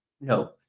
no